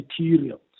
materials